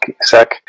sec